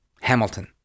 Hamilton